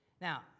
Now